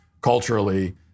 culturally